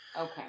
Okay